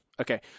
okay